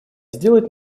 сделать